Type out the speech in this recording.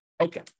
okay